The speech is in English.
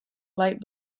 light